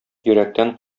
йөрәктән